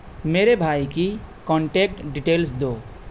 میرے بھائی کی کانٹیکٹ ڈیٹیلز دو